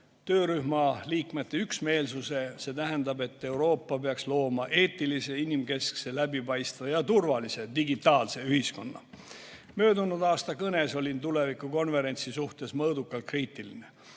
töörühma liikmete üksmeelsuse. See tähendab, et Euroopa peaks looma eetilise, inimkeskse, läbipaistva ja turvalise digitaalse ühiskonna. Möödunud aasta kõnes olin ma Euroopa tuleviku konverentsi suhtes mõõdukalt kriitiline,